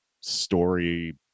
story